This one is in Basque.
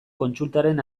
kontsultaren